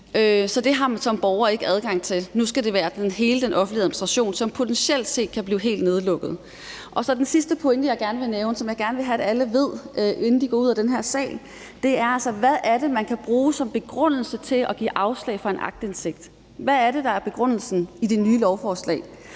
for det har man som borger ikke adgang til. Nu er det hele den offentlige administration, som potentielt kan blive helt nedlukket. Den sidste pointe, jeg gerne vil nævne, og noget, jeg gerne vil have at alle ved, inden de går ud af den her sal, er:: Hvad er det, man kan bruge som begrundelse til at give afslag på aktindsigt? Hvad er det, der er begrundelsen ifølge det nye lovforslag?